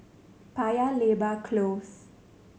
Paya Lebar Close